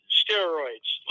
steroids